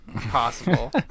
possible